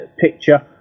picture